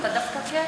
אתה דווקא כן.